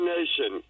Nation